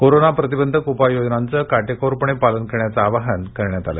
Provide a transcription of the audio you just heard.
corona प्रतिबंधक उपाययोजनांचं काटेकोरपणे पालन करण्याचं आवाहन करण्यात आलं